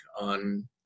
on